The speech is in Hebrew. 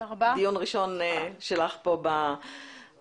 זה דיון ראשון שלך כאן בוועדה.